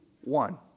one